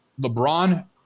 LeBron